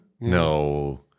No